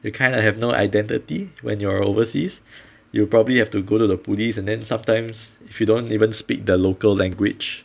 you kind of have no identity when you're overseas you probably have to go to the police and then sometimes if you don't even speak the local language